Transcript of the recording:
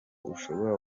ushobora